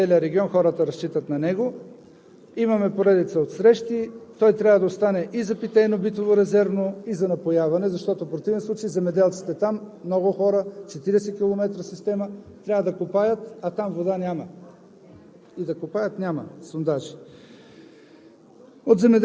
„Ястребино“ е изключително важен язовир за земеделците и за целия регион, хората разчитат на него. Имаме поредица от срещи. Той трябва да остане и за питейно-битово, и за напояване, защото в противен случай земеделците там – много хора, 40 км система трябва да копаят, а там вода няма.